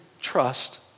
trust